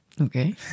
Okay